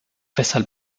weshalb